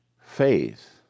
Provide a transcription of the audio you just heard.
faith